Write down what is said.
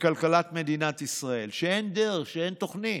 בכלכלת מדינת ישראל, שאין דרך, שאין תוכנית,